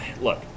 look